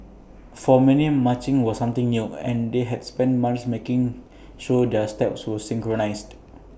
for many marching was something new and they had spent months making sure their steps were synchronised